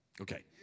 okay